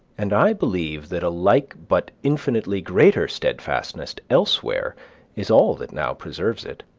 and i believe that a like but infinitely greater steadfastness elsewhere is all that now preserves it.